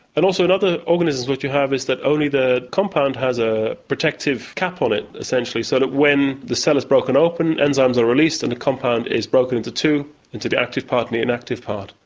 and also, in other organisms what you have is that only the compound has a protective cap on it essentially, so that when the cell is broken open, enzymes are released and the compound is broken into two into the active part and the inactive part.